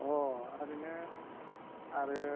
अ आं नोंनो आरो